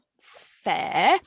Fair